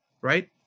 Right